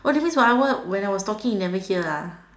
that means when I were when I was talking you never hear